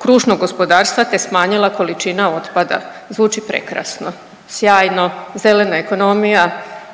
kružnog gospodarstva, te smanjila količina otpada, zvuči prekrasno, sjajno, zelena ekonomija,